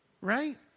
right